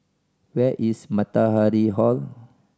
where is Matahari Hall